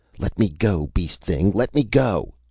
let me go, beast-thing! let me go!